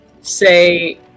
say